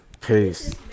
Peace